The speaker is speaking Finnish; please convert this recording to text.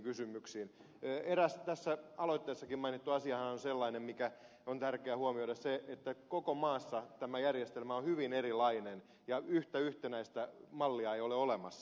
eräs sellainen tässä aloitteessakin mainittu asia mikä on tärkeä huomioida on se että tämä järjestelmä on hyvin erilainen eri puolilla maata ja yhtä yhtenäistä mallia ei ole olemassa